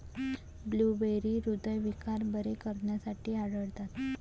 blueberry हृदयविकार बरे करण्यासाठी आढळतात